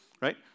right